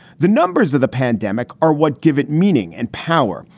the numbers of the pandemic are what give it meaning and power.